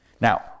Now